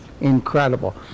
incredible